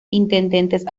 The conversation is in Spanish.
intendentes